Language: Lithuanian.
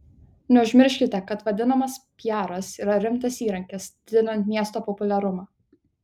neužmirškite kad vadinamas piaras yra rimtas įrankis didinant miesto populiarumą